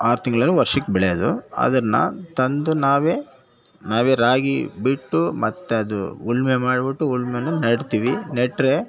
ಆರು ತಿಂಗಳಲ್ಲಿ ವರ್ಷಕ್ಕೆ ಬೆಳೆ ಅದು ಅದನ್ನು ತಂದು ನಾವೇ ನಾವೇ ರಾಗಿ ಬಿಟ್ಟು ಮತ್ತೆ ಅದು ಉಳ್ಮೆ ಮಾಡಿಬಿಟ್ಟು ಉಳುಮೆನ ನೆಡ್ತಿವಿ ನೆಟ್ಟರೆ